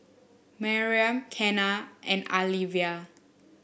Miriam Kenna and Alyvia